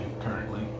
currently